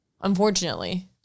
unfortunately